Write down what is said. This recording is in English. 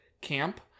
camp